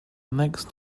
next